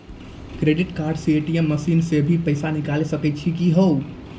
Credit card से ATM machine से भी पैसा निकल सकै छि का हो?